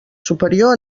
superior